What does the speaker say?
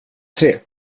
tre